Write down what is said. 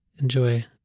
enjoy